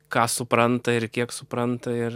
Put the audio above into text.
ką supranta ir kiek supranta ir